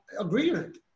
agreement